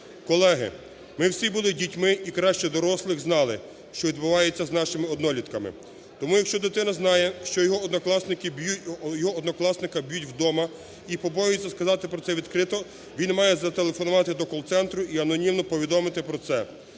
Колеги, ми всі були дітьми, і краще дорослих знали, що відбувається з нашими однолітками. Тому, якщо дитина знає, що його однокласника б'ють вдома і побоюється про це сказати відкрито, він має зателефонувати до колл-центру і анонімно повідомити про це.